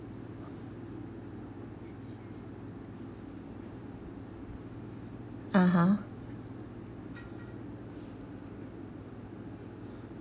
(uh huh)